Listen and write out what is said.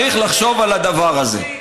צריך לחשוב על הדבר הזה.